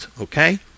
Okay